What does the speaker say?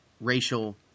racial